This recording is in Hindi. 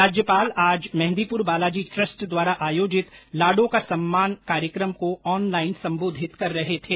राज्यपाल आज मेहंदीपुर बालाजी ट्रस्ट द्वारा आयोजित लाडो का सम्मान कार्यक्रम को ऑनलाइन सम्बोधित कर रहे थे